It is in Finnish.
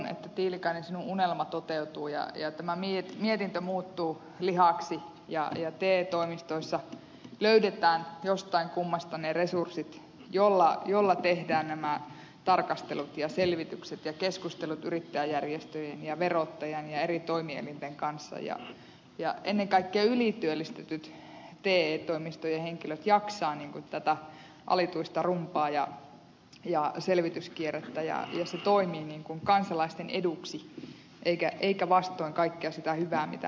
tiilikainen että tuo teidän unelmanne toteutuu ja tämä mietintö muuttuu lihaksi ja te toimistoissa löydetään jostain kummasta ne resurssit joilla tehdään nämä tarkastelut ja selvitykset ja keskustelut yrittäjäjärjestöjen ja verottajan ja eri toimielinten kanssa ja että ennen kaikkea ylityöllistetyt te toimistojen henkilöt jaksavat tätä alituista rumbaa ja selvityskierrettä ja se toimii kansalaisten eduksi eikä vastoin kaikkea sitä hyvää mitä me toivomme